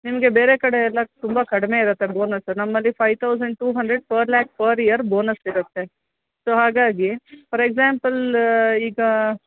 ನಿಮಗೆ ಬೇರೆ ಕಡೆಯೆಲ್ಲ ತುಂಬ ಕಡಿಮೆ ಇರುತ್ತೆ ಬೋನಸ್ಸು ನಮ್ಮಲ್ಲಿ five thousand two hundred per lakh per year ಬೋನಸ್ಸಿರತ್ತೆ ಸೊ ಹಾಗಾಗಿ ಫಾರ್ ಎಕ್ಸಾಂಪಲ್ ಈಗ